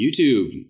YouTube